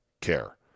care